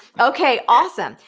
okay, awesome.